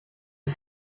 and